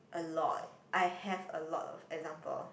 a lot I have a lot of example